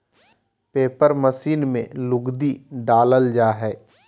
paper machine में लुगदी डालल जा हय